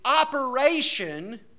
operation